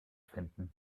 finden